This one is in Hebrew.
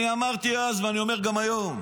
אני אמרתי אז, ואני אומר גם היום: